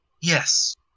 Yes